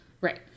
Right